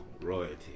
Royalty